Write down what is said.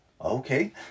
Okay